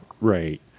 Right